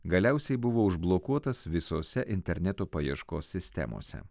galiausiai buvo užblokuotas visose interneto paieškos sistemose